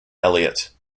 elliott